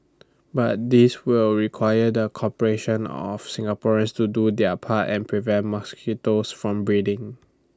but this will require the cooperation of Singaporeans to do their part and prevent mosquitoes from breeding